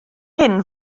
hyn